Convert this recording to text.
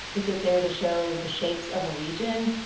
is it there to show the shapes of a region,